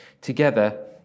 together